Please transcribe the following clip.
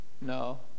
No